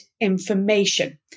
information